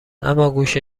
اماگوش